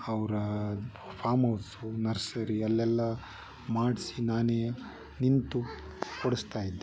ಅವರ farm house nursery ಅಲ್ಲೆಲ್ಲ ಮಾಡಿಸಿ ನಾನೇ ನಿಂತು ಕೊಡಿಸ್ತಾಯಿದ್ದೆ